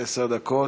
עשר דקות.